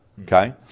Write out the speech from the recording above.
okay